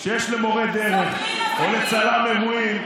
של דמי אבטלה לעצמאים.